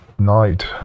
Night